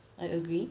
I agree